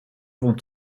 vond